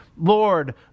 Lord